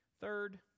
Third